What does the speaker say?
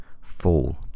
Fall